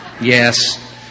yes